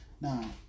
Now